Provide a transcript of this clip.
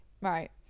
Right